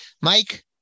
Mike